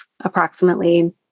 approximately